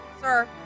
sir